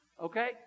Okay